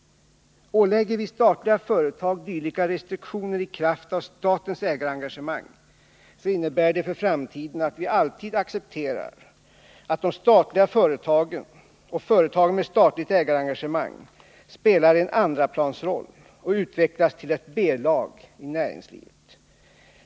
Ålägger vi statliga företag dylika restriktioner i kraft av statens ägarengagemang innebär det för framtiden att vi alltid accepterar att de statliga företagen och företagen med statligt ägarengagemang spelar en andraplansroll och utvecklas till ett B-lag i näringslivet.